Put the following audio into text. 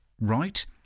right